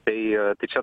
tai tai čia